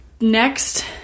next